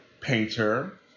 painter